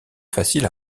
faciles